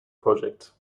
project